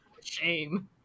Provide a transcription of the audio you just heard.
shame